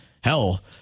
hell